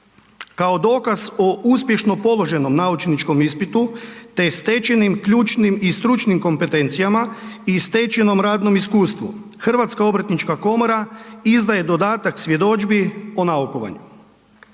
Kao dokaz o uspješnom položenom naučnikom ispitu te stečenim ključnim i stručnim kompetencijama i stečenom radnom iskustvu, Hrvatska obrtnička komora izdaje dodatak svjedodžbi o naukovanju.